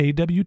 AWT